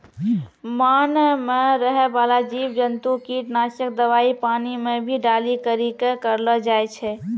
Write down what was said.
मान मे रहै बाला जिव जन्तु किट नाशक दवाई पानी मे भी डाली करी के करलो जाय छै